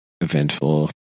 eventful